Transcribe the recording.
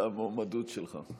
פה חברי כנסת של הקואליציה.